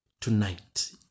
tonight